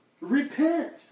Repent